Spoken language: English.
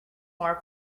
more